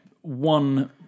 one